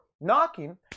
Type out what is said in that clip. knocking